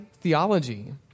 theology